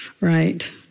right